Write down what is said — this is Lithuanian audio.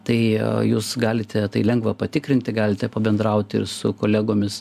tai jūs galite tai lengva patikrinti galite pabendrauti ir su kolegomis